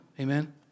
Amen